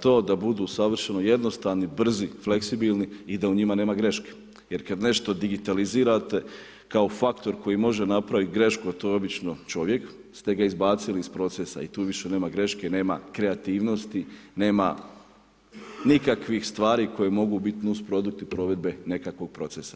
to da budu savršeno jednostavni, brzi, fleksibilni i da u njima nema greške jer kad nešto digitalizirate kao faktor koji može napraviti grešku a to je obično čovjek ste ga izbacili iz procesa i tu više nema greške, nema kreativnosti, nema nikakvih stvari koje mogu biti nusprodukti provedbe nekakvog proces